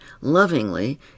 lovingly